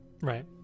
Right